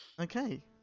Okay